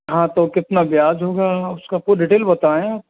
हाँ तो कितना ब्याज होगा उसका पूरी डिटेल बताएं